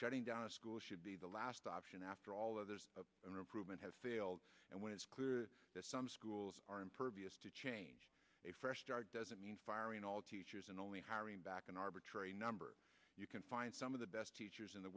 shutting down a school should be the last option after all others of an improvement have failed and when it's clear that some schools are impervious to change a fresh start doesn't mean firing all teachers and only hiring back an arbitrary number you can find some of the best teachers in the